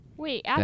Wait